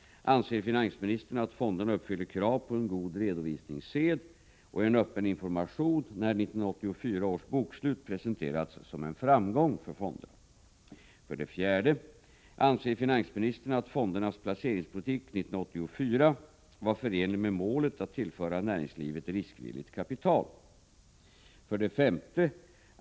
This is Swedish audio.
Anser finansministern att fonderna uppfyller krav på en god redovisningssed och en öppen information när 1984 års bokslut presenterats som en framgång för fonderna? 4. Anser finansministern att fondernas placeringspolitik 1984 var förenlig med målet att tillföra näringslivet riskvilligt kapital? 5.